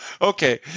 Okay